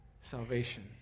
salvation